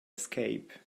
escape